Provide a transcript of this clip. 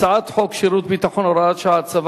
הצעת חוק שירות ביטחון (הוראת שעה) (הצבת